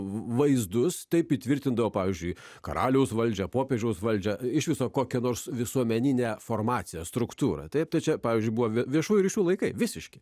vaizdus taip įtvirtindavo pavyzdžiui karaliaus valdžią popiežiaus valdžią iš viso kokią nors visuomeninę formaciją struktūrą taip tačiau pavyzdžiui buvo viešųjų ryšių laikai visiški